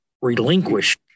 relinquish